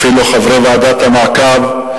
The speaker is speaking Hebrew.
אפילו חברי ועדת המעקב,